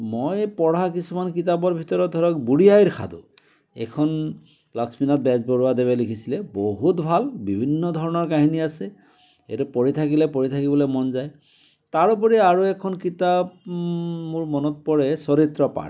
মই পঢ়া কিছুমান কিতাপৰ ভিতৰত ধৰক বুঢ়ী আইৰ সাধু এইখন লক্ষ্মীনাথ বেজবৰুৱাদেৱে লিখিছিলে বহুত ভাল বিভিন্ন ধৰণৰ কাহিনী আছে এইটো পঢ়ি থাকিলে পঢ়ি থাকিবলৈ মন যায় তাৰোপৰি আৰু এখন কিতাপ মোৰ মনত পৰে চৰিত্ৰ পাঠ